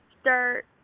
start